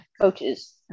coaches